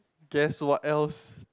guess what else